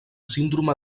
síndrome